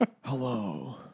Hello